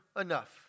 enough